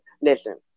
Listen